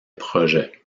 projet